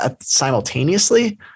simultaneously